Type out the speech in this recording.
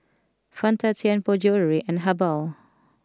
Fanta Tianpo Jewellery and Habhal